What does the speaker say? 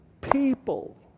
people